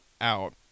out